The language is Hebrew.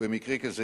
ובמקרה כזה,